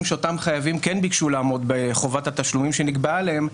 שאותם חייבים כן ביקשו לעמוד בחובת התשלומים שנקבעה להם,